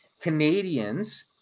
Canadians